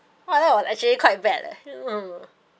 !wah! that was actually quite bad leh hmm